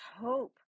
hope